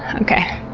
okay,